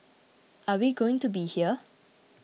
are we going to be here